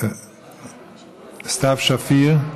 סתיו שפיר,